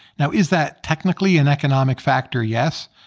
now, is that technically an economic factor? yes.